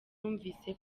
numvise